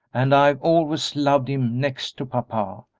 and i've always loved him next to papa.